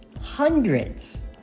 hundreds